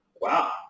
Wow